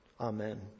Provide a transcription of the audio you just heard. Amen